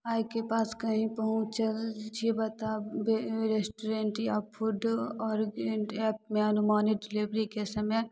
आयके पास कही पहुँचल छियै बताबू रेस्टूरेंट या फूड आओर ऐपमे अनुमानित डिलीवरीके समय